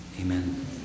Amen